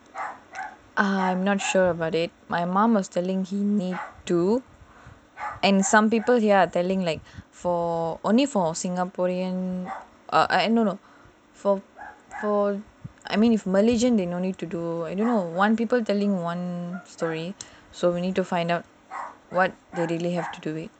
I'm not sure about it my mum was telling me he need to and some people here are telling like for only for singaporean eh no no for I mean if malaysian they no need to do you know I don't know one people telling one story so we need to find out what we really have to do it